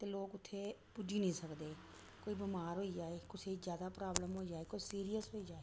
ते लोक उत्थै पुज्जी नी सकदे कोई बमार होई जाए कुसै ई ज्यादा प्राब्लम होई जाए कोई सीरियस होई जाए